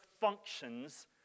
functions